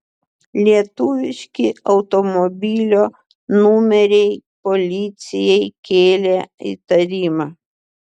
lietuviški automobilio numeriai policijai kėlė įtarimą